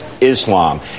islam